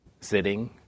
Sitting